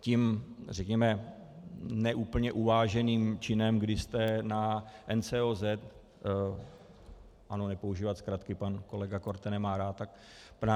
Tím ne úplně uváženým činem, kdy jste na NCOZ ano, nepoužívat zkratky, pan kolega Korte to nemá rád